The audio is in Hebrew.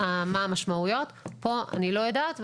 מה המשמעויות - פה אני לא יודעת.